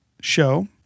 show